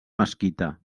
mesquita